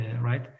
right